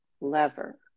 lever